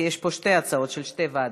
כי יש פה שתי הצעות של שתי ועדות.